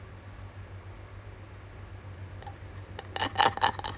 they move out I don't I don't hope for them to come over